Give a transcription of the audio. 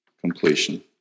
completion